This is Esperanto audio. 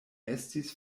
estis